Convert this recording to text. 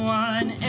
one